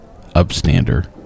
upstander